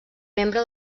membre